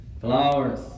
flowers